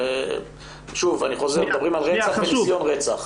כאן מדובר על רצח וניסיון רצח.